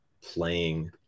playing